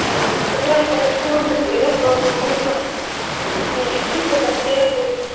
اَچھا تَوے حَظ کوٚر فون یہِ گژھِ روزُن یہِ تہٕ اِسلیے یہ ٹرٛپ گژھِ سیف روزُن